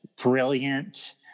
brilliant